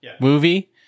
movie